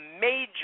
major